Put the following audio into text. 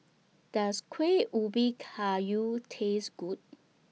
Does Kueh Ubi Kayu Taste Good